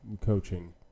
coaching